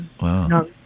Wow